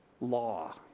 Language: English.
Law